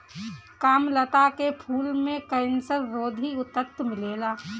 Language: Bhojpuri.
कामलता के फूल में कैंसर रोधी तत्व मिलेला